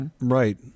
Right